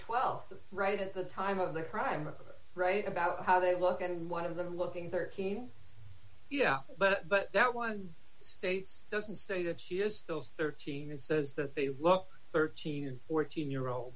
september th right at the time of the crime right about how they look and one of them looking thirteen yeah but but that one states doesn't say that she is still thirteen and says that they look thirteen and fourteen year old